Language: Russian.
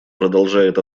продолжает